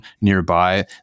nearby